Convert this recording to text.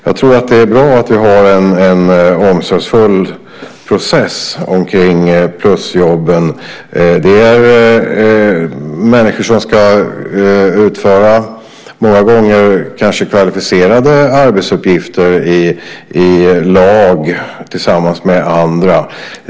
Jag tror att det är bra att vi har en omsorgsfull process omkring plusjobben. Det är människor som många gånger ska utföra kanske kvalificerade arbetsuppgifter i lag, tillsammans med andra.